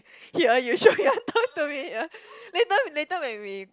here you sure you want talk to me here later later when we